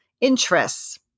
interests